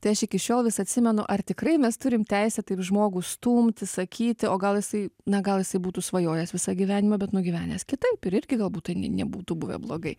tai aš iki šiol vis atsimenu ar tikrai mes turim teisę taip žmogų stumti sakyti o gal jisai na gal jisai būtų svajojęs visą gyvenimą bet nugyvenęs kitaip ir irgi galbūt tai ne nebūtų buvę blogai